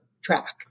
track